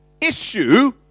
issue